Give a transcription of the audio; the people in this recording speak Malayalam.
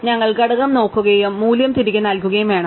ഞങ്ങൾ ഘടകം നോക്കുകയും മൂല്യം തിരികെ നൽകുകയും വേണം